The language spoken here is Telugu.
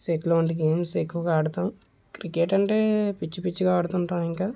షెటిల్ వంటి గేమ్స్ ఎక్కువగా ఆడుతాం క్రికెట్ అంటే పిచ్చి పిచ్చిగా ఆడుతుంటాం ఇంక